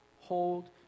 hold